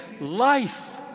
life